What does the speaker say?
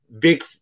big